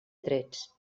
trets